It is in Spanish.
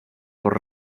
por